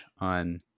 on